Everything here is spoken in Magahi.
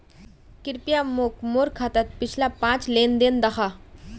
कृप्या मोक मोर खातात पिछला पाँच लेन देन दखा